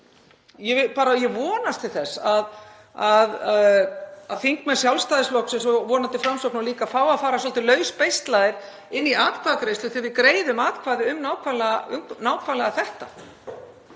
Ég vonast til þess að þingmenn Sjálfstæðisflokksins og vonandi Framsóknarflokksins líka fái að fara svolítið lausbeislaðir inn í atkvæðagreiðslu þegar við greiðum atkvæði um nákvæmlega þetta.